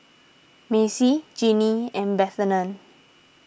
Macey Jinnie and Bethann